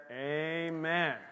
Amen